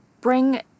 bring